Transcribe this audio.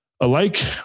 alike